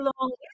long